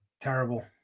Terrible